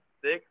six